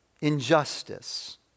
injustice